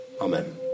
Amen